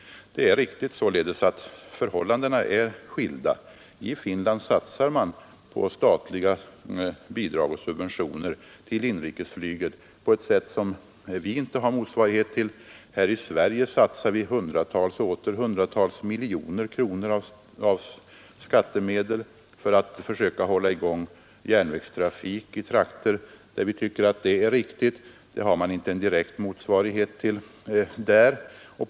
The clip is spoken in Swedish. Det är således riktigt att förhållandena är olikartade. I Finland satsar man på statliga bidrag och subventioner till inrikesflyget på ett sätt som det inte finns motsvarighet till här i Sverige. Vi på vår sida satsar hundratals och åter hundratals miljoner kronor av skattmedel för att försöka hålla i gång järnvägstrafik i trakter där vi tycker att det är riktigt. Det har man inte en direkt motsvarighet till i Finland.